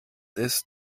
ist